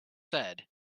said